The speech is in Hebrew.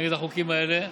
נגד החוקים האלה,